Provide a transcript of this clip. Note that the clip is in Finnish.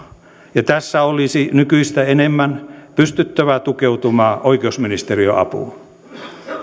ja tässä olisi nykyistä enemmän pystyttävä tukeutumaan oikeusministeriön apuun